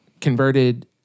converted